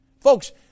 folks